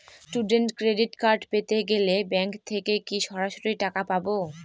Student credit card পেতে গেলে bank থেকে কি সরাসরি টাকা পাবো?